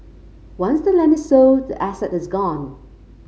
once the land is sold the asset is gone